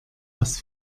was